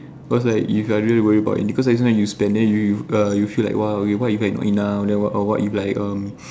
cause like if you are really worry about it because this one you spend then you err you feel like !wow! what if you have not enough then what what if like erm